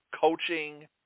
coaching